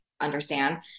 understand